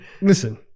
Listen